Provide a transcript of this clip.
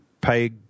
pay